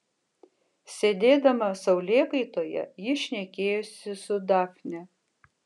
sėdėdama saulėkaitoje ji šnekėjosi su dafne